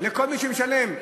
לכל מי שמשלם?